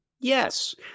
Yes